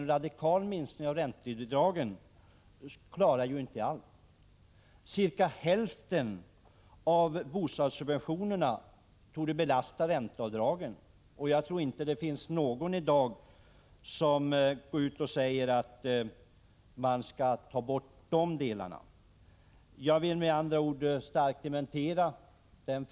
En radikal minskning av räntebidragen klarar ju inte allt. Cirka hälften av bostadssubventionerna torde utgöras av ränteavdragen, och jag tror inte det finns någon som i dag vill gå ut och säga att man skall ta bort de delarna. Jag vill med andra ord starkt dementera detta.